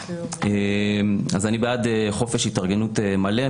אז אני בעד חופש התארגנות מלא,